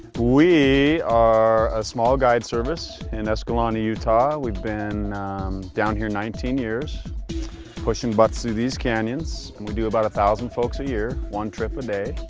we are a small guide service in escalante utah. we've been down here nineteen years pushing butts through these canyons. we do about one thousand folks a year. one trip a day,